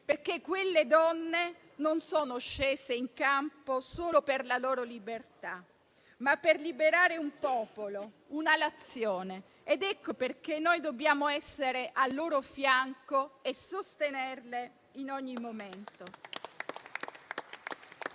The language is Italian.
mondo. Quelle donne sono scese in campo non solo per la loro libertà, ma anche per liberare un popolo, una Nazione. Per questo dobbiamo essere al loro fianco e sostenerle in ogni momento.